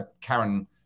karen